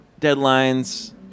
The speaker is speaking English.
deadlines